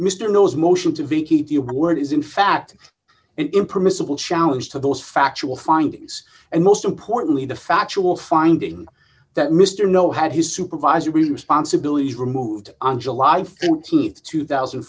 mr nose motion to vacate the word is in fact impermissible challenge to those factual findings and most importantly the factual finding that mr know had his supervisory responsibilities removed on july th two thousand